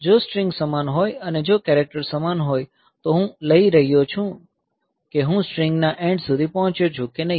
જો સ્ટ્રીંગ સમાન હોય અને જો કેરેક્ટર સમાન હોય તો હું લઈ રહ્યો છું કે હું સ્ટ્રીંગના એન્ડ સુધી પહોંચ્યો છું કે નહીં